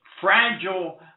fragile